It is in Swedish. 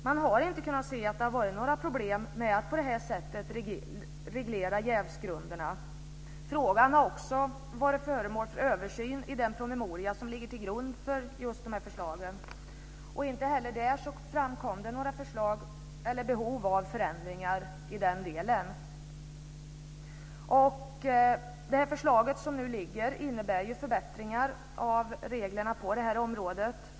Man har inte kunnat se att det har varit några problem med att reglera jävsgrunderna på detta sätt. Frågan har också varit föremål för översyn i den promemoria som ligger till grund för just dessa förslag. Inte heller där framkom några behov av förändringar i den delen. Det förslag som nu ligger innebär förbättringar av reglerna på detta område.